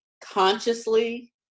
consciously